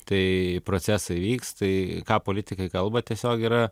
tai procesai vyks tai ką politikai kalba tiesiog yra